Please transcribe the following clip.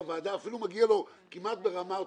אפילו מגיע לו כמעט ברמה אוטומטית.